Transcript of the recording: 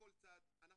לכל מצד,